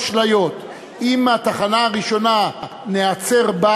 השינוי יוביל לקיצוץ תקציבי נוסף ולכך שההוצאה הציבורית הנמוכה